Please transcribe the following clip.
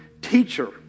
teacher